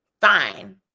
fine